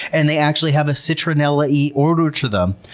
and they actually have a citronella-y odor to them.